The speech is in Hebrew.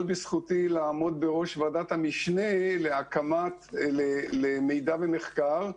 בזכותי לעמוד בראש ועדת המשנה למידע ומחקר.